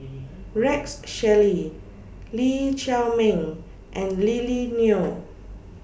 Rex Shelley Lee Chiaw Meng and Lily Neo